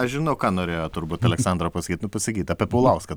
aš žinau ką norėjo turbūt aleksandra pasakyt nu pasakyt apie paulauską